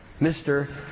Mr